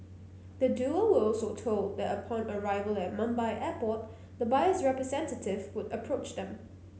the Duo were also told that upon arrival at Mumbai Airport the buyer's representative would approach them